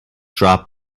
drop